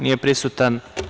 Nije prisutan.